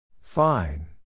Fine